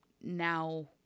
now